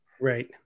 Right